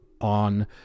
on